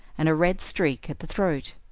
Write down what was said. and a red streak at the throat.